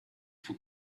for